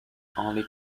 only